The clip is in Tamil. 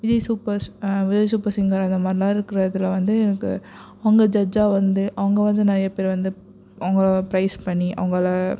Vijay supers Vijay super singer அந்தமாதிரிலாம் இருக்கிற இதில் வந்து எனக்கு அவங்க ஜட்ஜாக வந்து அவங்க வந்து நிறையப் பேரை வந்து அவங்க ப்ரைஸ் பண்ணி அவங்களை